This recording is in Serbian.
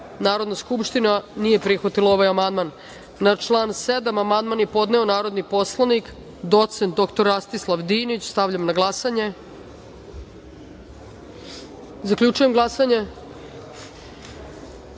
151.Narodna skupština nije prihvatila ovaj amandman. Na član 5. amandman je podneo narodni poslanik doc. dr Rastislav Dinić. Stavljam na glasanje amandman. Zaključujem glasanje: